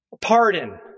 Pardon